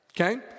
Okay